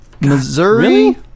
Missouri